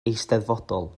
eisteddfodol